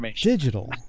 digital